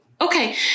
okay